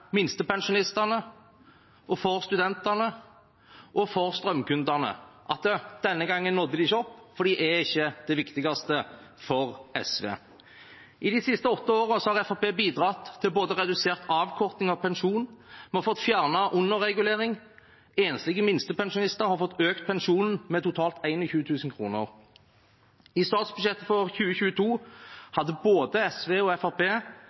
minstepensjonistene, for studentene og for strømkundene – at denne gangen nådde de ikke opp, for de er ikke det viktigste for SV. I de siste åtte årene har Fremskrittspartiet bidratt til redusert avkorting av pensjon, vi har fått fjernet underreguleringer, og enslige minstepensjonister har fått økt pensjonen med totalt 21 000 kr. I statsbudsjettet for 2022 hadde både SV og